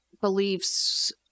beliefs